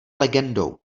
legendou